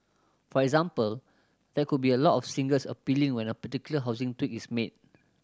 for example there could be a lot of singles appealing when a particular housing tweak is made